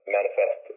manifest